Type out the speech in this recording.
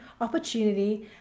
opportunity